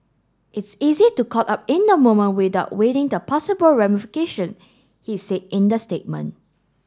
it's easy to caught up in the moment without waiting the possible ramification he said in the statement